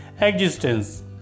existence